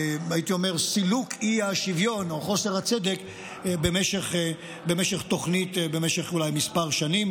הייתי אומר לסילוק האי-שוויון או חוסר הצדק בתוכנית במשך כמה שנים אולי.